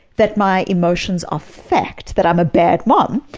that my emotions are fact that i'm a bad mom.